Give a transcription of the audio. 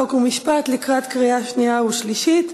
חוק ומשפט לקראת קריאה שנייה ושלישית.